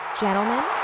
Gentlemen